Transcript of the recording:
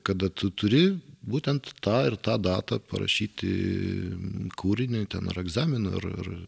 kada tu turi būtent tą ir tą datą parašyti kūrinį ten ar egzaminui ar ar